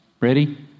Ready